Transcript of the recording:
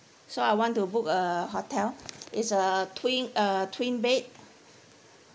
so I want to book a hotel is a twin uh twin bed